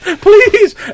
Please